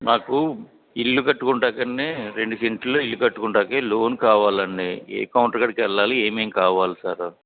మాకు ఇల్లు కట్టుకొనటానికనే రెండు సెంట్లు ఇల్లు కట్టుకొనటానికి లోన్ కావాలి అండి ఏ కౌంటర్ కాడికి వెళ్ళాలి ఏమేమి కావాలి సార్